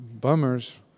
bummers